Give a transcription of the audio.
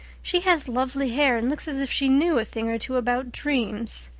she has lovely hair, and looks as if she knew a thing or two about dreams.